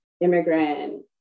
immigrant